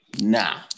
nah